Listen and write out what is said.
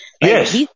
Yes